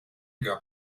gab